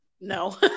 no